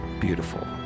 beautiful